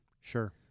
Sure